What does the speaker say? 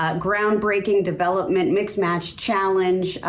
ah groundbreaking development, mix-and-match challenge,